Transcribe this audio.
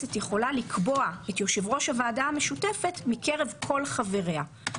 הכנסת יכולה לקבוע את יו"ר הוועדה המשותפת מקרב כל חבריה,